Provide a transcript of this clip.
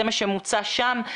זה מה שמוצע שם,